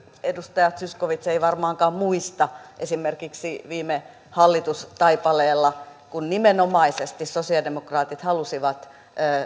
edustaja zyskowicz ei varmaankaan muista esimerkiksi viime hallitustaipaleelta kun nimenomaisesti sosialidemokraatit halusivat